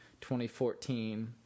2014